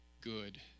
good